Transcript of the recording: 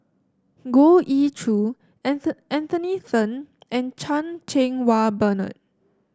Goh Ee Choo Anthony Then and Chan Cheng Wah Bernard